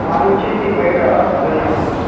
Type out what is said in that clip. మాది వచ్చేసి బయట తమిళనాడు అండి